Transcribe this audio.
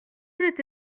rouge